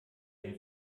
dem